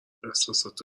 احسسات